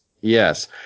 Yes